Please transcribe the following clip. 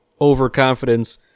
overconfidence